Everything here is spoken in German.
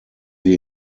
wir